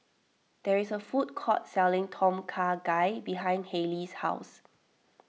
there is a food court selling Tom Kha Gai behind Haley's house